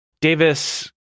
Davis